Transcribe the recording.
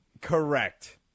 Correct